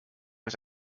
was